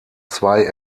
zwei